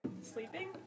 Sleeping